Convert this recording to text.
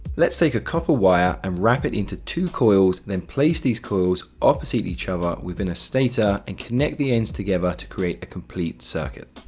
let's take a copper wire and wrap it into two coils, then place these coils opposite each other within a stator, and connect the ends together to create a complete circuit.